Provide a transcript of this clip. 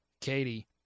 Katie